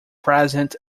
present